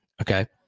okay